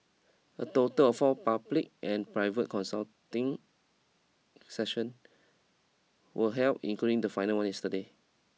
a total of four public and private consulting sessions were held including the final one yesterday